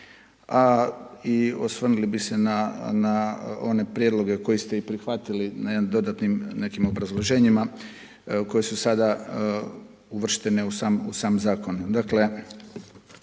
I osvrnuli bi se na one prijedloge koje ste i prihvatili na nekim dodatnim obrazloženjima koji su sada utvrđene u sam zakon.